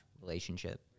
relationship